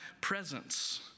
presence